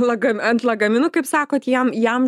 lagam ant lagaminų kaip sakot jam jam